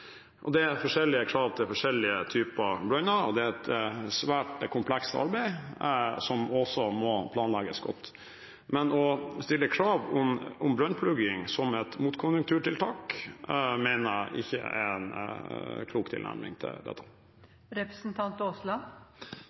Det er forskjellige krav til forskjellige typer brønner, og det er et svært komplekst arbeid som også må planlegges godt. Men å stille krav om brønnplugging som et motkonjunkturtiltak mener jeg ikke er en klok tilnærming til